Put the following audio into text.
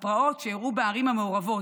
הפרעות שאירעו בערים המעורבות,